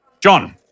John